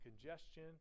congestion